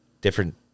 different